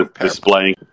Displaying